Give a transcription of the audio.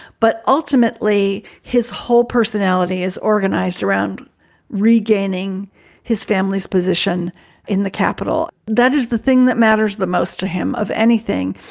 but ultimately, his whole personality is organized around regaining his family's position in the capital. that is the thing that matters the most to him of anything.